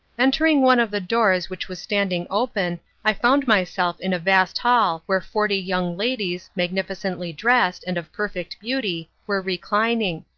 entering one of the doors which was standing open i found myself in a vast hall where forty young ladies, magnificently dressed, and of perfect beauty, were reclining.